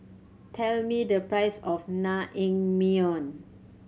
tell me the price of Naengmyeon